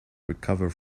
recover